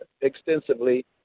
extensively